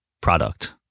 product